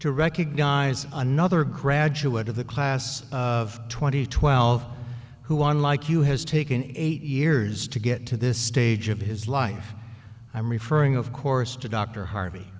to recognize another graduate of the class of twenty twelve who one like you has taken eight years to get to this stage of his life i am referring of course to dr harvey